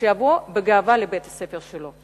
ולבוא בגאווה לבית-הספר שלו,